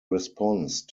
response